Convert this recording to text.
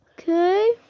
Okay